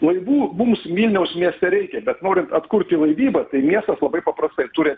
laivų mums vilniaus mieste reikia bet norint atkurti valdybą tai miestas labai paprastai turi